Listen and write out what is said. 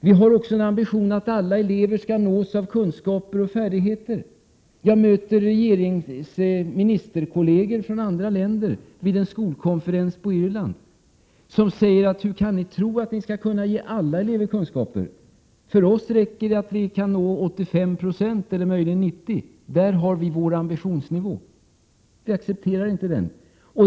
Vi har också en ambition att alla elever skall nås av kunskaper och färdigheter. Jag har mött ministerkolleger från andra länder vid en skolkonferens på Irland som har sagt: Hur kan ni tro att ni skall kunna ge alla elever kunskaper? För oss räcker det att vi kan nå 85 96 eller möjligen 90. Där har vi vår ambitionsnivå. — Men vi i vårt land accepterar inte den nivån.